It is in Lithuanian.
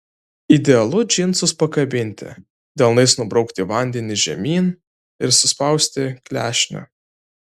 idealu džinsus pakabinti delnais nubraukti vandenį žemyn ir suspausti klešnę